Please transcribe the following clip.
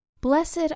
Blessed